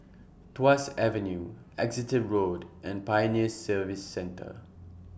Tuas Avenue Exeter Road and Pioneer Service Centre